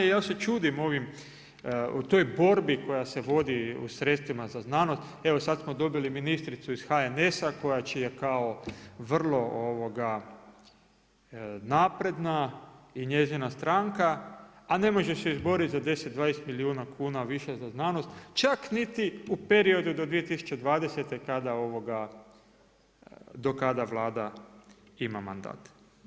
I ja se čudim ovim, u toj borbi koja se vodi u sredstvima za znanost, evo sada smo dobili ministricu iz HNS-a koja će kao vrlo napredna i njezina stranka, a ne može se izboriti za 10, 20 milijuna kuna više za znanost čak niti u periodu do 2020. do kada Vlada ima mandat.